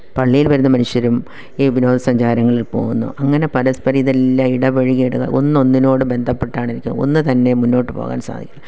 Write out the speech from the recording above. പള്ളിയിൽ വരുന്ന മനുഷ്യരും ഈ വിനോദസഞ്ചാരങ്ങളിൽ പോകുന്നു അങ്ങനെ പരസ്പരം ഇതെല്ലാം ഇടപഴകി ഒന്ന് ഒന്നിനോട് ബന്ധപ്പെട്ടാണ് ഇരിക്കുന്ന ഒന്ന് തന്നെ മുന്നോട്ടുപോകാൻ സാധിക്കില്ല